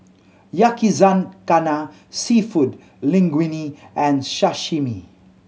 Yakizakana Seafood Linguine and Sashimi